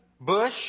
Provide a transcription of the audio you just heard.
Bush